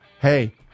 hey